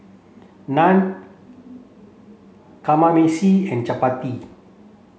Naan Kamameshi and Chapati